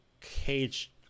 Cage